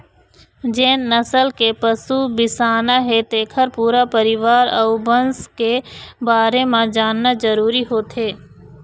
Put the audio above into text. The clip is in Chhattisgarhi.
जेन नसल के पशु बिसाना हे तेखर पूरा परिवार अउ बंस के बारे म जानना जरूरी होथे